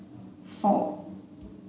four